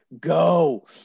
go